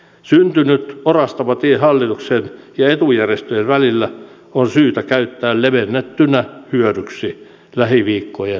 syntynyt orastava tie hallituksen ja etujärjestöjen välillä on syytä käyttää levennettynä hyödyksi lähiviikkojen aikana